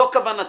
זו כוונתי.